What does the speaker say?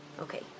Okay